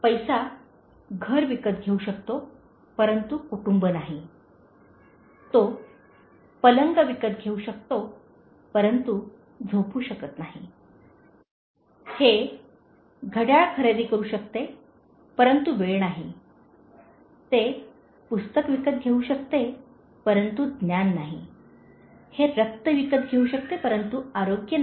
पैसा घर विकत घेऊ शकतो परंतु कुटुंब नाही तो पलंग विकत घेऊ शकतो परंतु झोपू शकत नाही हे घड्याळ खरेदी करू शकते परंतु वेळ नाही ते पुस्तक विकत घेऊ शकते परंतु ज्ञान नाही हे रक्त विकत घेऊ शकते परंतु आरोग्य नाही